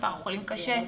מספר החולים קשה.